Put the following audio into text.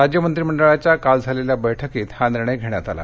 राज्य मंत्रिमंडळाच्याकाल झालेल्या बैठकीत हा निर्णय घेण्यात आला